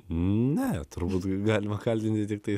ne turbūt galima kaltinti tiktais